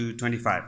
25